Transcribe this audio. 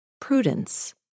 Prudence